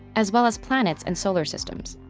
as well as planets and solar systems.